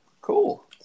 Cool